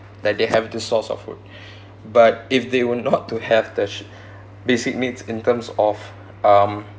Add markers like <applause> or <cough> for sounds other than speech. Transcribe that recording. like they have this source of food <breath> but if they were not to have the basic needs in terms of um